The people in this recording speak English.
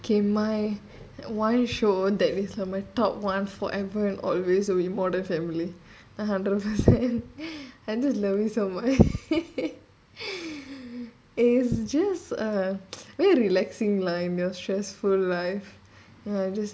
K my one show that is like my top one forever and always would be modern family I'm a fan I just love it so much it's just uh very relaxing lah in your stressful life